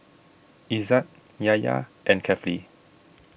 Izzat Yahya and Kefli